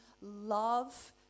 love